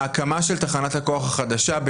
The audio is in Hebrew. ההקמה של תחנת הכוח החדשה,